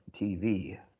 TV